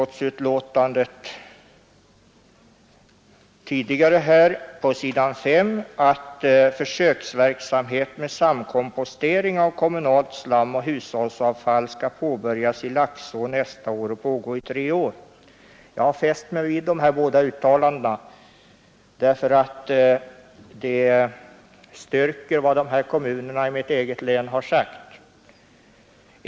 Det står också i betänkandet på s. 5 att försöksverksamhet med samkompostering av kommunalt slam och hushållsavfall skall påbörjas i Laxå nästa år och pågå i tre år. Jag har fäst mig vid dessa båda uttalanden därför att de styrker vad kommunerna i mitt eget län har sagt.